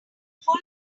full